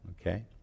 Okay